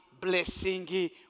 Blessing